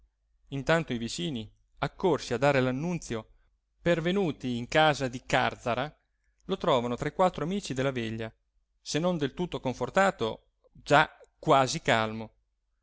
intanto i vicini accorsi a dare l'annunzio pervenuti in casa di càrzara lo trovano tra i quattro amici della veglia se non del tutto confortato già quasi calmo